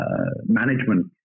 management